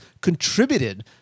contributed